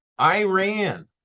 Iran